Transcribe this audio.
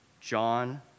John